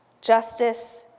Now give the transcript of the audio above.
Justice